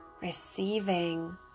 Receiving